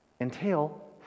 entail